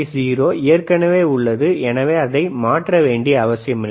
0 ஏற்கனவே உள்ளது அதை மாற்ற வேண்டிய அவசியமில்லை